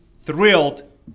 thrilled